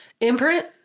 imprint